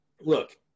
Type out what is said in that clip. look